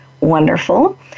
Wonderful